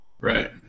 Right